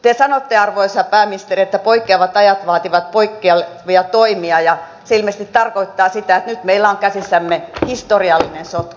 te sanotte arvoisa pääministeri että poikkeavat ajat vaativat poikkeavia toimia ja se ilmeisesti tarkoittaa sitä että nyt meillä on käsissämme historiallinen sotku